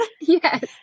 Yes